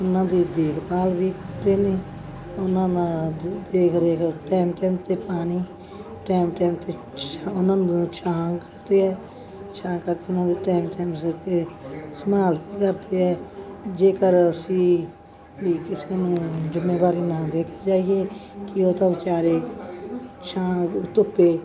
ਉਹਨਾਂ ਦੀ ਦੇਖਭਾਲ ਵੀ ਕਰਦੇ ਨੇ ਉਹਨਾਂ ਨਾਲ ਦੇਖ ਰੇਖ ਟੈਮ ਟੈਮ 'ਤੇ ਪਾਣੀ ਟੈਮ ਟੈਮ 'ਤੇ ਛਾਂ ਉਹਨਾਂ ਨੂੰ ਛਾਂ ਕਰਦੇ ਹੈ ਛਾਂ ਕਰਕੇ ਉਹਨਾਂ ਦੇ ਟੈਮ ਟੈਮ ਸਿਰ 'ਤੇ ਸੰਭਾਲ ਵੀ ਕਰਦੇ ਹੈ ਜੇਕਰ ਅਸੀਂ ਵੀ ਕਿਸੇ ਨੂੰ ਜ਼ਿੰਮੇਵਾਰੀ ਨਾ ਦੇ ਕੇ ਜਾਈਏ ਕਿ ਉਹ ਤਾਂ ਵਿਚਾਰੇ ਛਾਂ ਧੁੱਪੇ